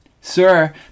Sir